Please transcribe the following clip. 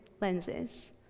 lenses